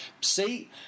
See